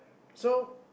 so